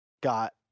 got